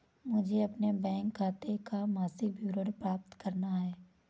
मुझे अपने बैंक खाते का मासिक विवरण प्राप्त करना है?